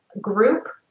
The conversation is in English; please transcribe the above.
group